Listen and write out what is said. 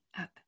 up